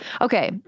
Okay